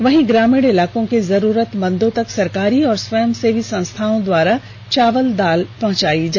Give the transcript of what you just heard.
वहीं ग्रामीण इलाकों के जरूरतमंदों तक सरकारी और स्वयंसेवी संस्थाओं द्वारा चावल दाल पहुंचायी जा रही है